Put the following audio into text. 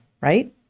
right